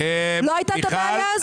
לא הייתה הבעיה הזאת.